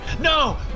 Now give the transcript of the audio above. No